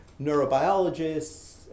neurobiologists